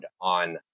on